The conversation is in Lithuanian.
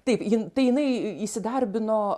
taip jin tai jinai įsidarbino